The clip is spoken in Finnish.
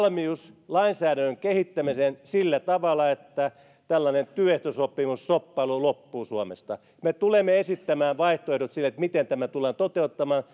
valmius lainsäädännön kehittämiseen sillä tavalla että tällainen työehtosopimusshoppailu loppuu suomesta me tulemme esittämään vaihtoehdot sille miten tämä tullaan toteuttamaan